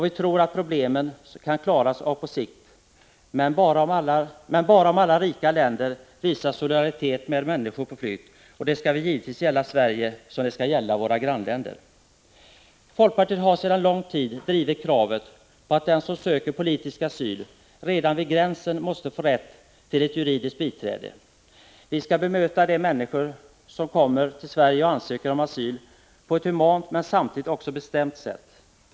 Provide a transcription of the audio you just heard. Vi tror att problemen kan klaras av på sikt, men bara om alla rika länder visar solidaritet med människor på flykt. Det skall givetvis gälla Sverige lika väl som det skall gälla våra grannländer. Folkpartiet har sedan lång tid tillbaka drivit kravet på att den som söker politisk asyl redan vid gränsen måste få rätt till ett juridiskt biträde. Vi skall bemöta de människor som kommer till Sverige och ansöker om asyl på ett humant men samtidigt bestämt sätt.